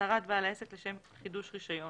"26א.הצהרת בעל העסק לשם חידוש רישיון.